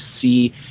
see